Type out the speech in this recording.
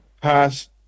passed